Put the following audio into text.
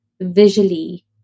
visually